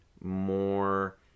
more